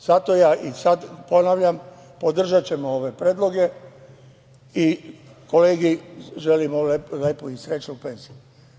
Zato ja i sada ponavljam, podržaćemo ove predloge i kolegi želim lepu i srećnu penziju.